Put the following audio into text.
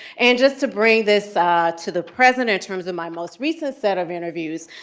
and just to bring this to the present in terms of my most recent set of interviews,